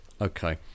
Okay